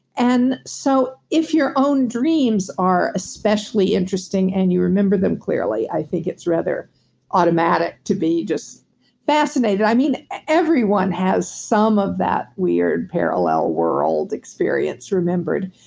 and so, if your own dreams are especially interesting and you remember them clearly, i think it's rather automatic to be just fascinated. i mean, everyone has some of that weird parallel world experience remembered,